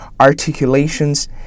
articulations